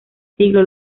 siglo